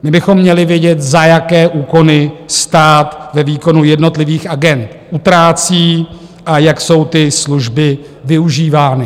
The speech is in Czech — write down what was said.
My bychom měli vědět, za jaké úkony stát ve výkonu jednotlivých agend utrácí a jak jsou ty služby využívány.